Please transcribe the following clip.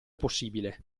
possibile